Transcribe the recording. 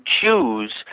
choose